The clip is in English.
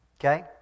Okay